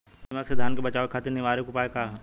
दिमक से धान के बचावे खातिर निवारक उपाय का ह?